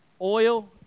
oil